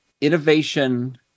innovation